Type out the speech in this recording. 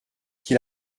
qui